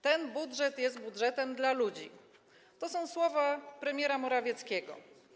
Ten budżet jest budżetem dla ludzi - to są słowa premiera Morawieckiego.